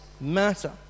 matter